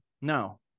no